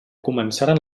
començaren